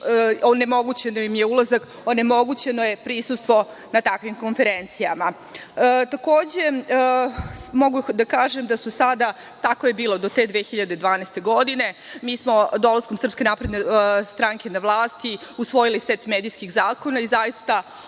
onemogućen im je ulazak, onemogućeno je prisustvo na takvim konferencijama. Takođe, mogu da kažem da su sada, tako je bilo do te 2012. godine, mi smo dolaskom SNS na vlast usvojili set medijskih zakona i zaista